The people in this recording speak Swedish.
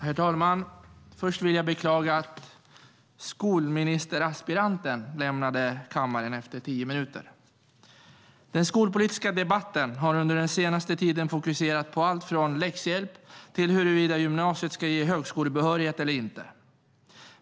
Herr talman! Först vill jag beklaga att skolministeraspiranten lämnade kammaren efter tio minuter. Den skolpolitiska debatten har under den senaste tiden fokuserat på allt från läxhjälp till om huruvida gymnasiet ska ge högskolebehörighet eller inte.